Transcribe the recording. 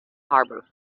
harbour